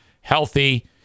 healthy